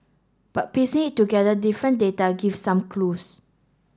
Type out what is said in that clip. but piecing it together different data gives some clues